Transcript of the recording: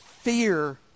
fear